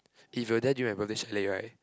if you're there during my birthday chalet right